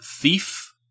Thief